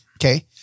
Okay